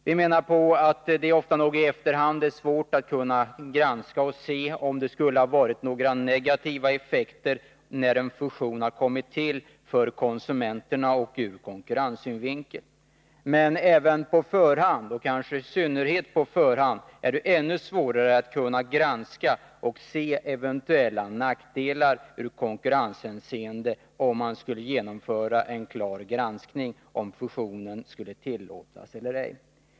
Vi menar att det ofta nog i efterhand, sedan en fusion har kommit till, är svårt att granska och se om den medfört några negativa effekter för konsumenterna och ur konkurrenssynvinkel. Men det är ännu svårare att på förhand utröna eventuella nackdelar i konkurrenshänseende, om man skulle företa en granskning för att ta ställning till om fusionen skulle få genomföras eller ej.